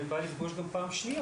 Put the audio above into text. ואין בעיה לפגוש אותם גם פעם שנייה.